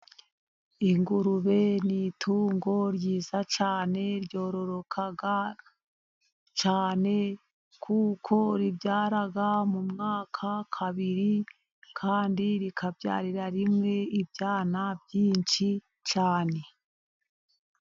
Ingurube ni itungo ryiza cyane, ryororoka cyane kuko ribyara mu mwaka kabiri kandi rikabyarira rimwe ibyana byinshi cyane.